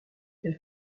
elle